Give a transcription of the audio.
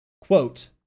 Quote